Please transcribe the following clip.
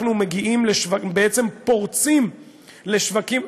אנחנו בעצם פורצים לשווקים,